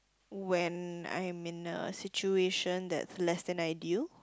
when I am in a situation that's less than ideal